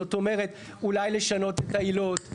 זאת אומרת אולי לשנות את העילות.